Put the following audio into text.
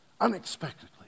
unexpectedly